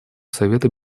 совета